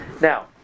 Now